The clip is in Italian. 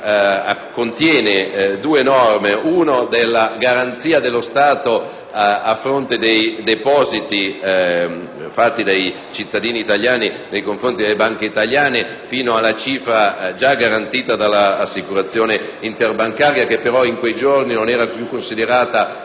che esso contiene due norme: la garanzia dello Stato a fronte dei depositi fatti dai cittadini italiani nei confronti delle banche italiane fino alla cifra già garantita dall'assicurazione interbancaria, che però in quei giorni non era più considerata